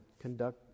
conduct